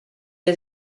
has